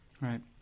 Right